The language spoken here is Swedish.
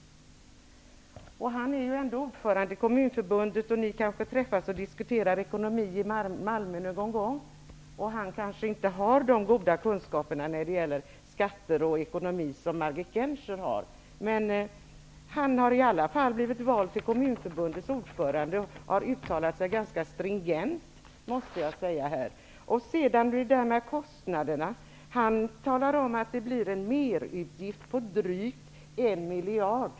Han är ju ändå ordförande i Kommunförbundet. Ni kanske träffas i Malmö någon gång för att diskutera ekonomi. Han kanske inte har de goda kunskaperna när det gäller skatter och ekonomi som Margit Gennser har, men han har i alla fall blivit vald till Kommunförbundets ordförande och han har uttalat sig på ett stringent sätt. Kommunförbundets ordförande talade om att det blir en merutgift på drygt en miljard.